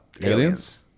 aliens